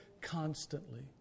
constantly